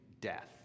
death